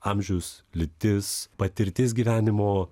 amžius lytis patirtis gyvenimo